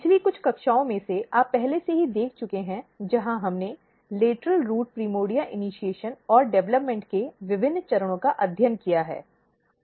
पिछली कुछ कक्षाओं में से आप पहले से ही देख चुके हैं जहां हमने लेटरल रूट प्राइमर्डिया इनिशीएशन और डेवलपमेंट के विभिन्न चरणों का अध्ययन किया है